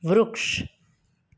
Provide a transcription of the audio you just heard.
વૃક્ષ